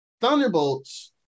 Thunderbolts